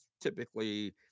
typically